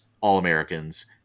All-Americans